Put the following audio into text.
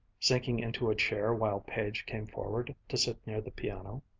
sinking into a chair while page came forward to sit near the piano.